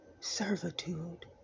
Servitude